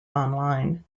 online